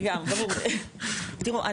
תראו,